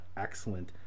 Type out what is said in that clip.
excellent